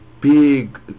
big